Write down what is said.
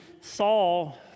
Saul